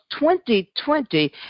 2020